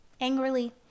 angrily